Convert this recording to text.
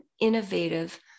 innovative